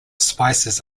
spices